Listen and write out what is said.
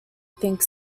think